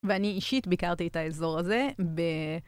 ואני אישית ביקרתי את האזור הזה ב...